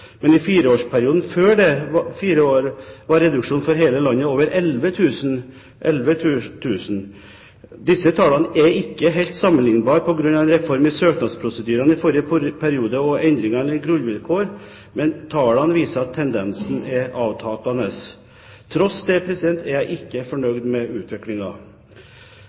Men i fireårsperioden før de fire årene var reduksjonen for hele landet over 11 000. Disse tallene er ikke helt sammenlignbare på grunn av en reform i søknadsprosedyrene i forrige periode og endringer i grunnvilkår, men tallene viser at tendensen er avtagende. Til tross for det er jeg ikke fornøyd med